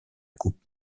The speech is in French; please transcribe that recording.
coupe